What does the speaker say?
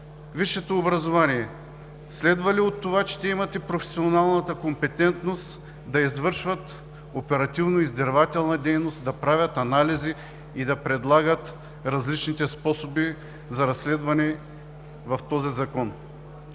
висше образование, следва ли от това, че те имат и професионалната компетентност да извършват оперативно-издирвателна дейност, да правят анализи и да предлагат различните способи за разследване по този Закон.